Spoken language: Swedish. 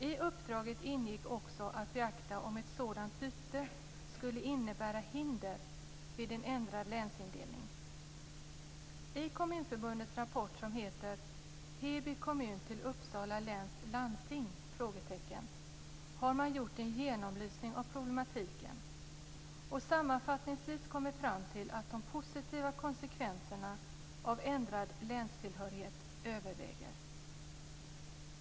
I uppdraget ingick också att beakta om ett sådant byte skulle innebära hinder vid en ändrad länsindelning. I Kommunförbundets rapport som heter Heby kommun till Uppsala läns landsting? har man gjort en genomlysning av problematiken och sammanfattningsvis kommit fram till att de positiva konsekvenserna av ändrad länstillhörighet överväger.